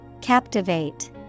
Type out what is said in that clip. Captivate